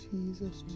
Jesus